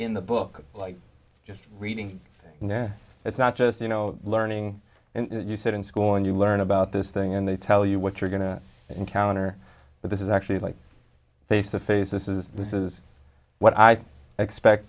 in the book like just reading it's not just you know learning and you sit in school and you learn about this thing and they tell you what you're going to encounter but this is actually like face the face this is this is what i expect